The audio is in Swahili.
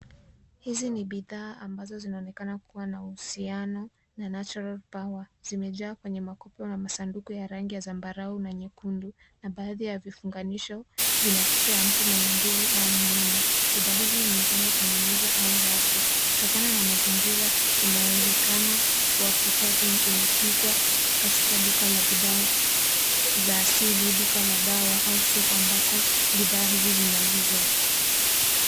Hizi ni bidhaa ambazo zinaonekana kuwa na uhusiano na natural power . Zimejaa kwenye makufu na masanduku ya rangi ya sambarau na nyekundu. Na baadhi ya vifunganisho vina picha ya mtu mwenye nguvu au mnyama. Bidhaa hizi zimepangwa kwenye meza au rafu. Kutokana na mazingira, inawezekana kuwa pich hii imepigwa katika duka la bidhaa za asili, Duka la dawa au soko ambako bidhaa hizi zinauzwa.